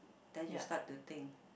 then you start to think